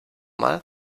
mal